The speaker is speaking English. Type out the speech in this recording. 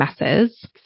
messes